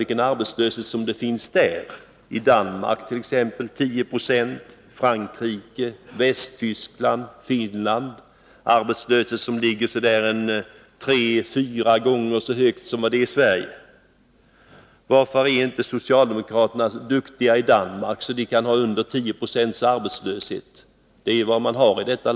I t.ex. Danmark har man 10 procents arbetslöshet. I Frankrike, Västtyskland och Finland har man arbetslöshetstal som ligger tre fyra gånger så högt som dem vi har i Sverige. Varför är inte socialdemokraterna i Danmark så duktiga att de kan ha en arbetslöshet som understiger 10 96?